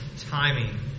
timing